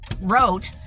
wrote